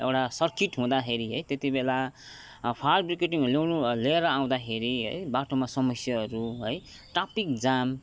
circuit हुँदाखेरि है त्यति बेला फायर बिग्रेड लिएर आउँदाखेरि है बाटोमा समस्याहरू है ट्राफिक जाम